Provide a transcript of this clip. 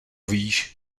víš